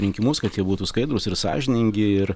rinkimus kad jie būtų skaidrūs ir sąžiningi ir